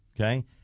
Okay